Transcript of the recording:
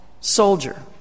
soldier